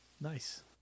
Nice